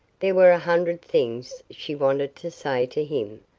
there were a hundred things she wanted to say to him,